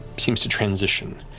seems to transition.